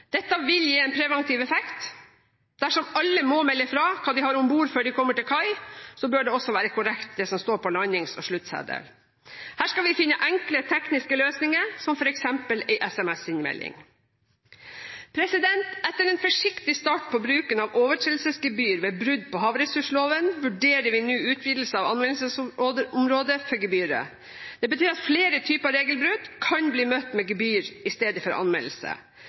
Dette vil gi en preventiv effekt. Dersom alle må melde fra om hva de har om bord før de kommer til kai, bør det også være korrekt det som står på landings- og sluttseddelen. Her skal vi finne enkle tekniske løsninger, som f.eks. en SMS-innmelding. Etter en forsiktig start på bruken av overtredelsesgebyr ved brudd på havressursloven vurderer vi nå utvidelse av anvendelsesområdet for gebyret. Det betyr at flere typer regelbrudd kan bli møtt med gebyr i stedet for anmeldelse.